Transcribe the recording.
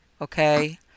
Okay